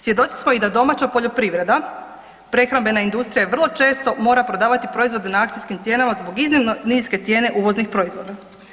Svjedoci smo i da domaća poljoprivreda, prehrambena industrija je vrlo često mora prodavati proizvode na akcijskim cijenama zbog iznimno niske cijene uvoznih proizvoda.